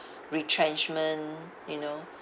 retrenchment you know